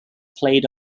played